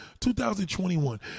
2021